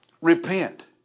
repent